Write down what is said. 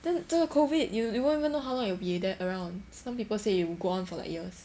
then 这个 COVID you you won't even know how long it'll be there around some people say it'll go on for like years